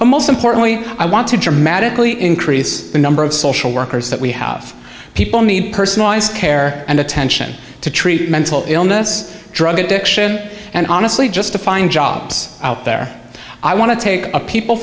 but most importantly i want to dramatically increase the number of social workers that we have people need personalized care and attention to treat mental illness drug addiction and honestly just to find jobs out there i want to take a people